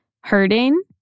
hurting